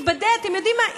אתם יודעים מה?